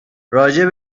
راجع